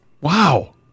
wow